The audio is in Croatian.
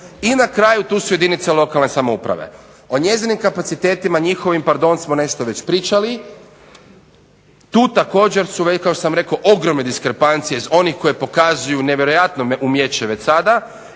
I na kraju tu su jedinice lokalne samouprave. O njezinim kapacitetima, njihovim pardon smo nešto već pričali. Tu također su već kao što sam rekao ogromne diskrepancije iz onih koje pokazuju nevjerojatno umijeće već sada